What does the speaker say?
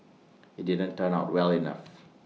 IT didn't turn out well enough